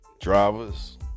drivers